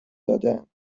دادهاند